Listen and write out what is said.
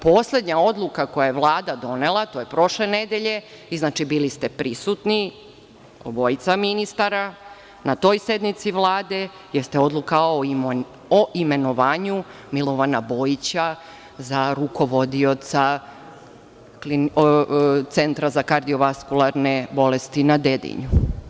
Poslednja odluka koju je Vlada donela, to je prošle nedelje, bili ste prisutni, obojica ministara, na toj sednici Vlade i doneli odluku o imenovanju Milovana Bojića za rukovodioca Centra za kardiovaskularne bolesti na Dedinju.